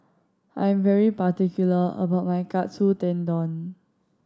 I am very particular about my Katsu Tendon